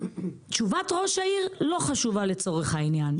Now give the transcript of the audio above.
תשובת ראש העיר לא חשובה, לצורך העניין.